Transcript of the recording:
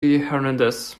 hernandez